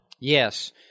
Yes